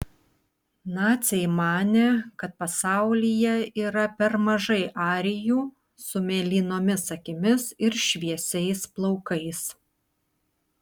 naciai manė kad pasaulyje yra per mažai arijų su mėlynomis akimis ir šviesiais plaukais